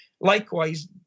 Likewise